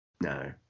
no